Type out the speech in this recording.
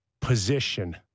position